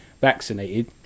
vaccinated